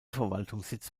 verwaltungssitz